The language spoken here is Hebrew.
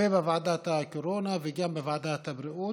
ובוועדת הקורונה וגם בוועדת הבריאות.